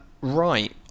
Right